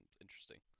Interesting